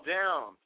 down